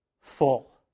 Full